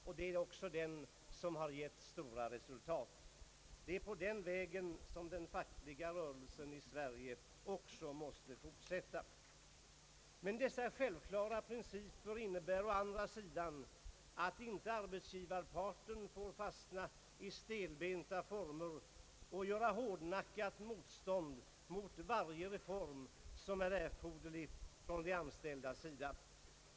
Det är också den som har gett stora re sultat. Det är på den vägen den fackliga rörelsen i Sverige måste fortsätta. Men dessa självklara principer innebär å andra sidan att arbetsgivarparten inte får fastna i stelbenta former och göra hårdnackat motstånd mot varje reform som är erforderlig från de anställdas sida.